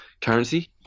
currency